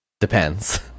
Depends